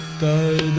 the